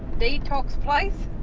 detox place.